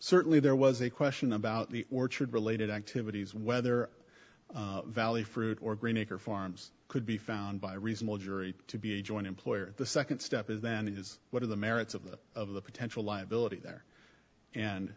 certainly there was a ssion about the orchard related activities whether valley fruit or green acre farms could be found by reasonable jury to be a joint employer the second step is then is what are the merits of the of the potential liability there and